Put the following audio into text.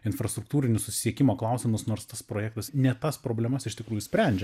infrastruktūrinius susisiekimo klausimus nors tas projektas ne tas problemas iš tikrųjų sprendžia